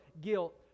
guilt